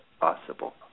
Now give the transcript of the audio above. possible